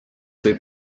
võib